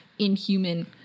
inhuman